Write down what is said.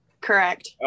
Correct